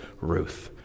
Ruth